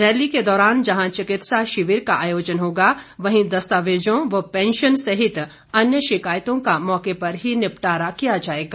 rally के दौरान जहां चिकित्सा शिविर का आयोजन होगा वहीं दस्तावेजों व पेंशन सहित अन्य शिकायतों का मौके पर ही निपटारा किया जाएगा